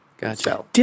Gotcha